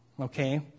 Okay